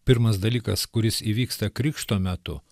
pirmas dalykas kuris įvyksta krikšto metu